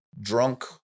drunk